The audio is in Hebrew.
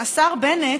השר בנט,